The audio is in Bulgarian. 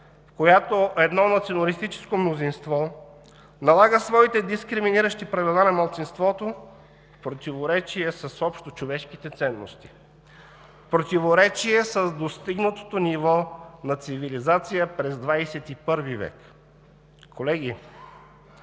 в която едно националистическо мнозинство налага своите дискриминиращи правила на малцинството, в противоречие с общочовешките ценности, в противоречие с достигнатото ниво на цивилизация през XXI век. Колеги,